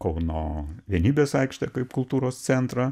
kauno vienybės aikštę kaip kultūros centrą